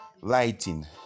lighting